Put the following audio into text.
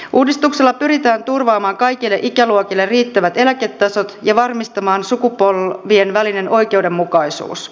uudistuksella pyritään turvaamaan kaikille ikäluokille riittävät eläketasot ja varmistamaan sukupolvien välinen oikeudenmukaisuus